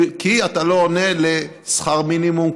כי אתה לא עונה, בשכר מינימום,